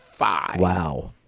Wow